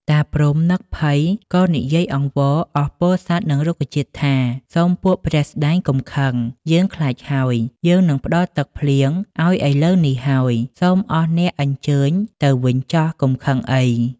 តាព្រហ្មនិក ភ័យក៏និយាយអង្វរអស់ពលសត្វនិងរុក្ខជាតិថា “ សូមពួកព្រះស្ដែងកុំខឹង យើងខ្លាច ហើយ យើងនឹងផ្តល់ទឹកភ្លៀងឱ្យឥឡូវនេះហើយ សូមអស់អ្នកអញ្ជើញទៅវិញចុះកុំ ខឹងអី”។